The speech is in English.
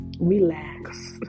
relax